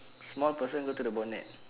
small person go to the bonnet